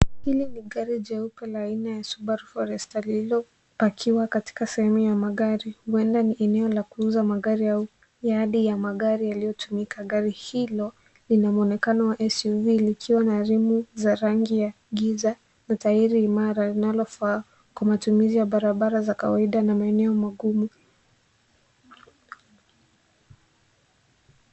Hili ni gari jeupe la aina ya Subaru Forester lililopakiwa katika sehemu ya magari huenda ni eneo la kuuza magari au yadi ya magari yaliyotumika. Gari hilo lina mwonekano wa SUV likiwa na rimu za rangi ya giza na tairi imara inalofaa kwa matumizi ya barabara za kawaida na maeneo magumu.